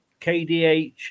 kdh